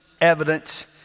evidence